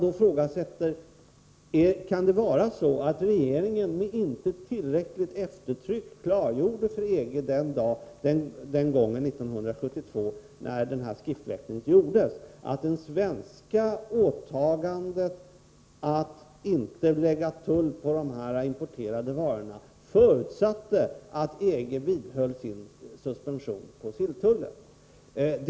Då frågar man sig: Kan det vara så att regeringen 1972, när skriftväxlingen ägde rum, inte tillräckligt klargjorde för EG att det svenska åtagandet att inte belägga aktuella importvaror med tull förutsatte att EG vidhöll sin suspension på silltullen?